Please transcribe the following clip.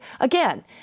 Again